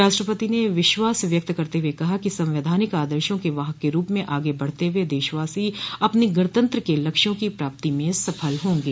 राष्ट्रपति ने विश्वास व्यक्त करते हुए कहा कि संवैधानिक आदर्शो के वाहक के रूप में आगे बढ़ते हुए देशवासी अपने गणतंत्र के लक्ष्यों की प्राप्ति में सफल होंगे